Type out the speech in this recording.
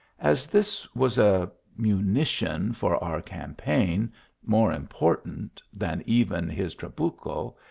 as this was a munition for our campaign more im portant than even his trabucho,